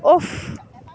ওফ